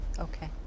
Okay